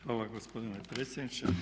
Hvala gospodine predsjedniče.